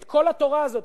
את כל התורה הזאת,